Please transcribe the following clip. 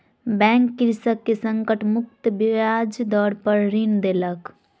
bank कृषक के संकट मुक्त ब्याज दर पर ऋण देलक